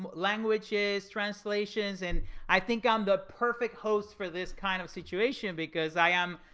but languages, translations, and i think i'm the perfect host for this kind of situation, because i am.